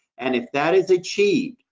and if that is achieved,